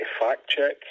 fact-check